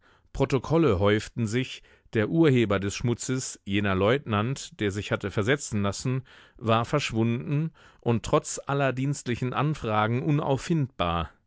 protokolle häuften sich der urheber des schmutzes jener leutnant der sich hatte versetzen lassen war verschwunden und trotz aller dienstlichen anfragen unauffindbar